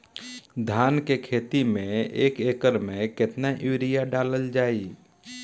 धान के खेती में एक एकड़ में केतना यूरिया डालल जाई?